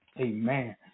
amen